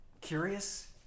curious